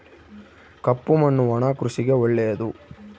ಕಪ್ಪು ಮಣ್ಣು ಒಣ ಕೃಷಿಗೆ ಒಳ್ಳೆಯದು